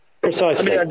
Precisely